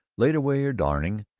laid away her darning,